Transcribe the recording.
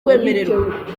kwemererwa